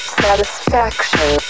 satisfaction